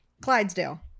Clydesdale